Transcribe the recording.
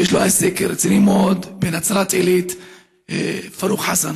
שיש לו עסק רציני מאוד בנצרת עילית פארוק חסן.